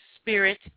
Spirit